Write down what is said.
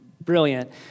brilliant